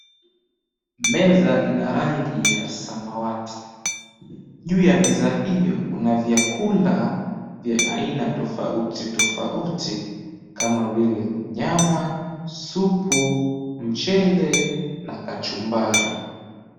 Meza ina rangi ya samawati. Juu ya meza hiyo kuna vyakula vya aina tofauti tofauti. Kama vile; nyama, supu, mchele na kachumbari.